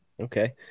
Okay